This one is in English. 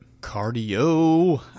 Cardio